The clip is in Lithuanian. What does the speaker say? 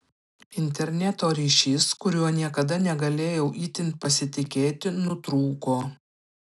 interneto ryšys kuriuo niekada negalėjau itin pasitikėti nutrūko